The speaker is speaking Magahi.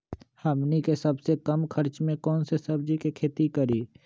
हमनी के सबसे कम खर्च में कौन से सब्जी के खेती करी?